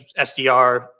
SDR